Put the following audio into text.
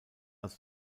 als